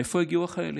מאיפה יגיעו החיילים?